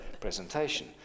presentation